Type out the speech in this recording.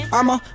I'ma